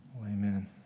Amen